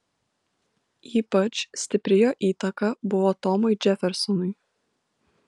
ypač stipri jo įtaka buvo tomui džefersonui